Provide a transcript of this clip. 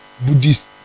buddhist